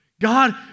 God